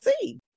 see